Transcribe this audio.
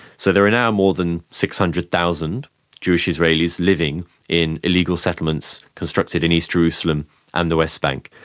so there are now more than six hundred thousand jewish israelis living in illegal settlements constructed in east jerusalem and the west bank.